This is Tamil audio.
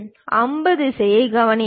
அம்பு திசையை கவனியுங்கள்